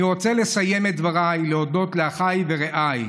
אני רוצה לסיים את דבריי ולהודות לאחיי ורעיי,